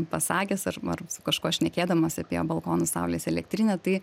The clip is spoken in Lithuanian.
pasakęs ar ar su kažkuo šnekėdamas apie balkonus saulės elektrinę tai